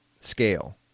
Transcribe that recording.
scale